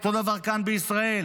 אותו דבר כאן בישראל.